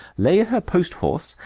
lay her post-horse,